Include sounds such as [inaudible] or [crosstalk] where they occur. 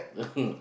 [laughs]